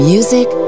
Music